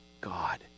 God